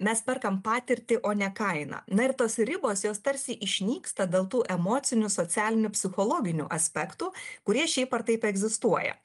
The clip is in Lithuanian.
mes perkam patirtį o ne kainą na ir tos ribos jos tarsi išnyksta dėl tų emocinių socialinių psichologinių aspektų kurie šiaip ar taip egzistuoja